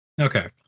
okay